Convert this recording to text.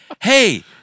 hey